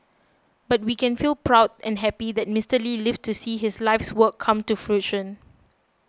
but we can feel proud and happy that Mister Lee lived to see his life's work come to fruition